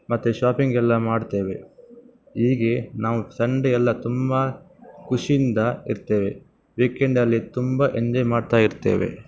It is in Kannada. ಮತ್ತು ಶಾಪಿಂಗ್ ಎಲ್ಲ ಮಾಡ್ತೇವೆ ಹೀಗೆ ನಾವು ಸಂಡೆ ಎಲ್ಲ ತುಂಬ ಖುಷಿಯಿಂದ ಇರ್ತೇವೆ ವೀಕೆಂಡಲ್ಲಿ ತುಂಬ ಎಂಜಾಯ್ ಮಾಡ್ತಾ ಇರ್ತೇವೆ